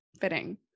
fitting